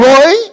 Roy